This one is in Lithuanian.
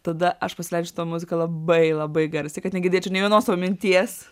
tada aš pasileidžiu tą muziką labai labai garsiai kad negirdėčiau nei vienos savo minties